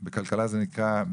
אז בכלל יקרוס כל המערך